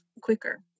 quicker